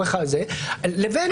לבין